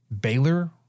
Baylor